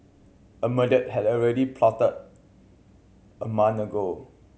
a murder had already plotted a month ago